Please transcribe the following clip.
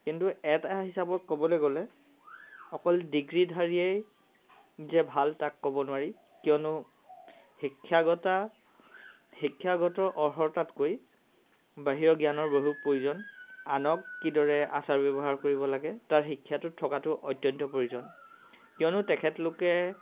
কিন্তু এটা হিচাপত ক'বলৈ গ'লে অকল ডিগ্ৰীধাৰীয়েই যে ভাল তাক ক'ব নোৱাৰি কিয়নো শিক্ষাগতা শিক্ষাগত অৰ্হতাতকৈ বাহিৰৰ জ্ঞানৰ বহুত প্ৰয়োজন আনক কিদৰে আচাৰ ব্যৱহাৰ কৰিব লাগে তাৰ শিক্ষাটো থকাতো অত্যন্ত প্ৰয়োজন কিয়নো তেখেতলোকে